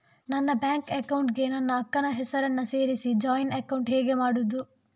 ನನ್ನ bank account ಗೆ ನನ್ನ ಅಕ್ಕ ನ ಹೆಸರನ್ನ ಸೇರಿಸಿ ಜಾಯಿನ್ ಅಕೌಂಟ್ ಹೇಗೆ ಮಾಡುದು?